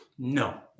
No